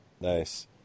Nice